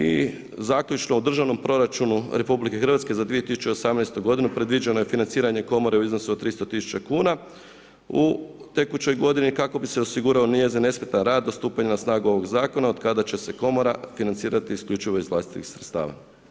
I zaključno, u državnom proračunu RH za 2018. godinu predviđeno je financiranje komore u iznosu od 300 000 kuna u tekućoj godini kako bi se osigurao njezin nesmetan rad do stupanja na snagu ovoga zakona otkada će se komora financirati isključivo iz vlastitih sredstava.